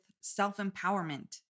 self-empowerment